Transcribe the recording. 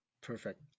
Perfect